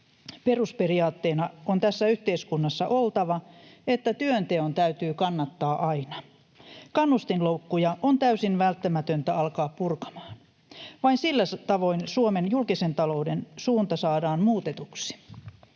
Perusperiaatteena on tässä yhteiskunnassa oltava, että työnteon täytyy kannattaa aina. Kannustinloukkuja on täysin välttämätöntä alkaa purkamaan. Vain sillä tavoin Suomen julkisen talouden suunta saadaan muutetuksi.